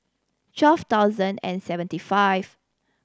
twelve thousand and seventy five